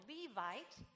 Levite